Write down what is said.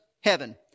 heaven